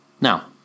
Now